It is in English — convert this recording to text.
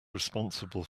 responsible